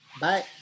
Bye